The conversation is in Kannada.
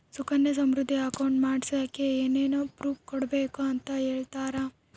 ಸುಕನ್ಯಾ ಸಮೃದ್ಧಿ ಅಕೌಂಟ್ ಮಾಡಿಸೋಕೆ ಏನೇನು ಪ್ರೂಫ್ ಕೊಡಬೇಕು ಅಂತ ಹೇಳ್ತೇರಾ?